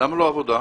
למה לא עבודה?